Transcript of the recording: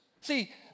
See